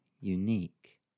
unique